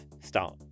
start